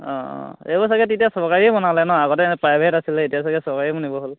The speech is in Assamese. অঁ অঁ এইবোৰ চাগে তেতিয়া চৰকাৰীও বনালে ন আগতে প্ৰাইভেট আছিলে এতিয়া চাগে চৰকাৰে বনি গ'ল